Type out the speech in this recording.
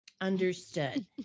Understood